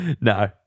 No